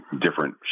different